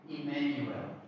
Emmanuel